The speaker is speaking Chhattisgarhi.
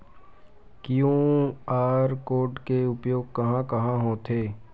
क्यू.आर कोड के उपयोग कहां कहां होथे?